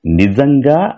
nizanga